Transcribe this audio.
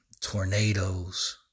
tornadoes